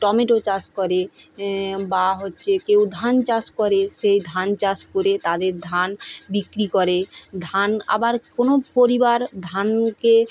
tomato চাষ করে বা হচ্ছে কেউ ধান চাষ করে সেই ধান চাষ করে তাদের ধান বিক্রি করে ধান আবার কোনো পরিবার ধানকে